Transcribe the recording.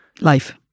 Life